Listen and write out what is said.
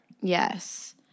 yes